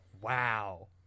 Wow